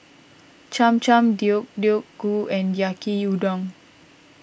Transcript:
Cham Cham Deodeok Gui and Yaki Udon